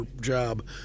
job